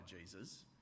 Jesus